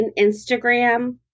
Instagram